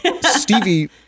Stevie